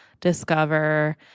Discover